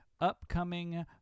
upcoming